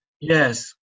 Yes